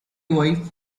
wife